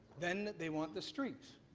then they want the street.